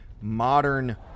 modern